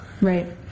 Right